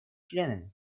членами